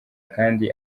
kandi